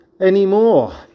anymore